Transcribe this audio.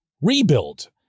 rebuild